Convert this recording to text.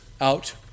out